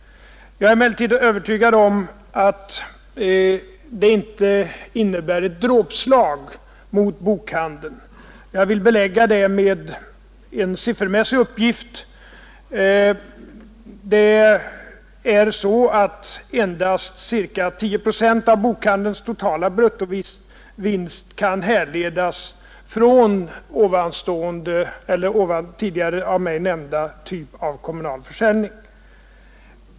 Jag är emellertid övertygad om att den inte innebär ett dråpslag mot bokhandeln, och jag vill belägga det med en siffermässig uppgift: Endast ca 10 procent av bokhandelns totala bruttovinst kan härledas från tidigare av mig nämnda typ av kommunal försäljning.